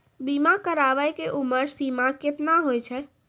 बीमा कराबै के उमर सीमा केतना होय छै?